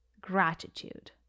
gratitude